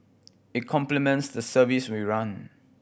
it complements the service we run